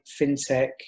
fintech